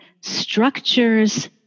structures